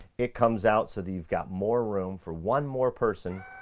it comes out so that you've got more room for one more person.